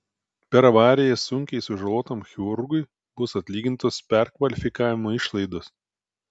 per avariją sunkiai sužalotam chirurgui bus atlygintos perkvalifikavimo išlaidos